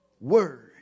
word